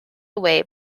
away